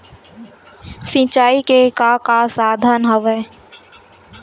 सिंचाई के का का साधन हवय?